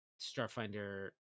Starfinder